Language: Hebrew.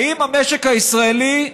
האם המשק הישראלי,